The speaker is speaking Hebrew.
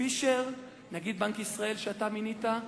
פישר, נגיד, בנק ישראל שאתה מינית,